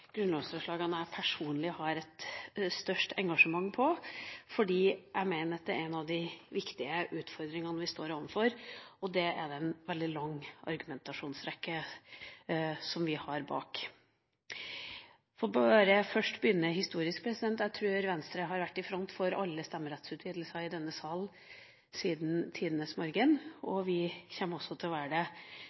er en av de viktige utfordringene vi står overfor. Der har vi bak oss en veldig lang argumentasjonsrekke. Jeg vil først begynne historisk. Jeg tror Venstre har vært i front når det gjelder alle stemmerettsutvidelser som har vært tatt opp i denne salen siden tidenes morgen, og vi kommer også til å være det